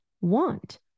want